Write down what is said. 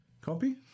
copy